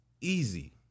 easy